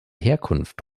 herkunft